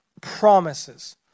promises